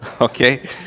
Okay